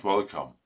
Welcome